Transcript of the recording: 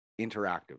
interactive